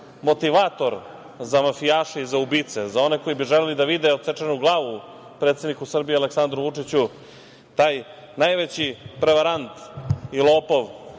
motivator za mafijaše i za ubice, za one koji bi želeli da vide odsečenu glavu predsedniku Srbije Aleksandaru Vučiću, taj najveći prevarant i lopov